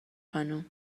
خانم